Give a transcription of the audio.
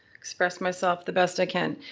express myself the best i can.